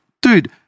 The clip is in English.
dude